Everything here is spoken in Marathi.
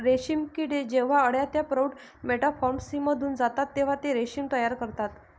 रेशीम किडे जेव्हा अळ्या ते प्रौढ मेटामॉर्फोसिसमधून जातात तेव्हा ते रेशीम तयार करतात